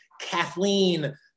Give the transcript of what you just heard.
Kathleen